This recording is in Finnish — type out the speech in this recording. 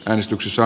äänestyksissä